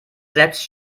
selbst